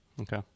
Okay